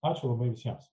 ačiū labai visiems